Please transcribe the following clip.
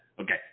Okay